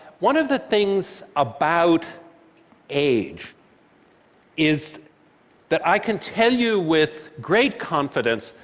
one of the things about age is that i can tell you with great confidence,